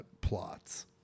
Plots